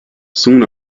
soon